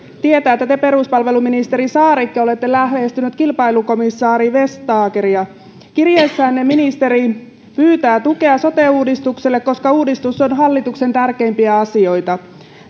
tietää että te peruspalveluministeri saarikko olette lähestynyt kilpailukomissaari vestageria kirjeessänne ministeri pyytää tukea sote uudistukselle koska uudistus on hallituksen tärkeimpiä asioita